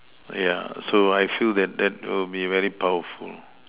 yeah so I feel that that will be very powerful